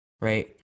Right